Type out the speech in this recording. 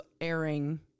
airing